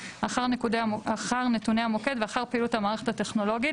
אחר נתוני המוקד ואחר פעילות המערכת הטכנולוגית.